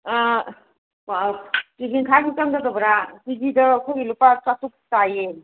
ꯀꯦꯖꯤ ꯃꯈꯥꯏ ꯑꯃꯈꯛ ꯆꯪꯒꯗꯕ꯭ꯔꯥ ꯀꯦꯖꯤꯗ ꯑꯩꯈꯣꯏꯒꯤ ꯂꯨꯄꯥ ꯆꯥꯇꯔꯨꯛ ꯇꯥꯏꯌꯦ